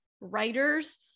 writers